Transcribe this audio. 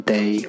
Day